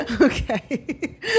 Okay